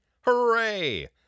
Hooray